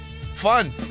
fun